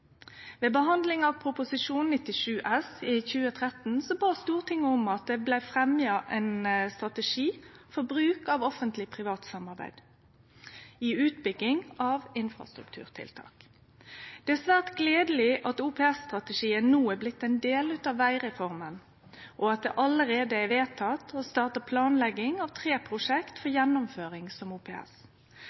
Ved behandlinga av Prop. 97 S for 2013–2014 bad Stortinget om at det blei fremja ein strategi for bruk av offentleg–privat samarbeid i utbygginga av infrastrukturtiltak. Det er svært gledeleg at OPS-strategien no er blitt ein del av vegreforma, og at det allereie er vedteke å starte planlegginga av tre prosjekt som